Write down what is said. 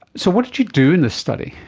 so what did you do in this study?